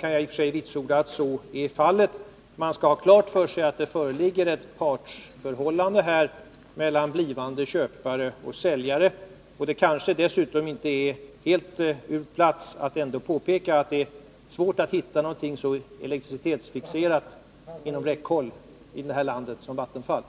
kan jag i och för sig vitsorda att så är fallet. Man skall ha klart för sig att det föreligger ett partförhållande mellan blivande köpare och säljare. Det kanske dessutom åtminstone delvis är på sin plats att ändå påpeka att det är svårt att hitta någonting så elektricitetsfixerat inom räckhåll i det här landet som Vattenfall.